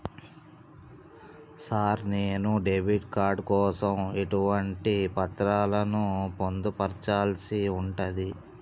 Sir నేను debit card కోసం ఎటువంటి పత్రాలను పొందుపర్చాల్సి ఉంటది?